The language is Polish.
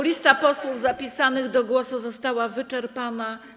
Lista posłów zapisanych do głosu została wyczerpana.